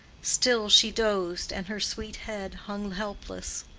still she dozed, and her sweet head hung helpless,